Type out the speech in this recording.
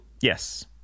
Yes